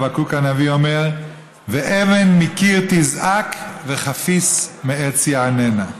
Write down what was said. חבקוק הנביא אומר: "אבן מקיר תזעק וכפיס מעץ יעננה".